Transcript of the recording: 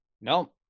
no